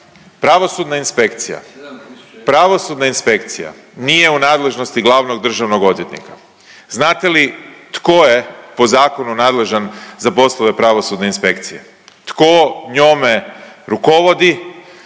pravosudna inspekcija nije u nadležnosti glavnog državnog odvjetnika. Znate li tko je po zakonu nadležan za poslove pravosudne inspekcije, tko njome rukovodi,